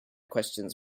questions